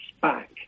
back